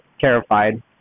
terrified